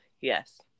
yes